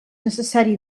necessari